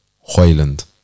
Hoyland